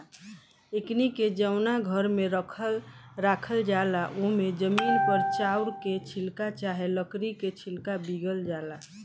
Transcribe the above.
एकनी के जवना घर में राखल जाला ओमे जमीन पर चाउर के छिलका चाहे लकड़ी के छिलका बीगल जाला